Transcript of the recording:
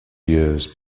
years